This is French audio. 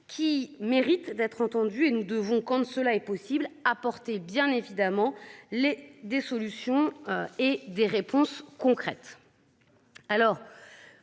qui mérite d'être entendus et nous devons compte cela est possible a porté bien évidemment les des solutions et des réponses concrètes. Alors.